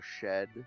shed